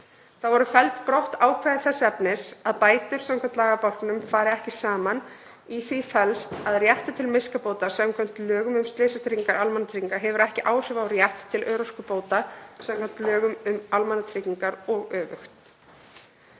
Þá voru felld brott ákvæði þess efnis að bætur samkvæmt lagabálkunum fari ekki saman. Í því felst að réttur til miskabóta samkvæmt lögum um slysatryggingar almannatrygginga hefur ekki áhrif á rétt til örorkubóta samkvæmt lögum um almannatryggingar og öfugt.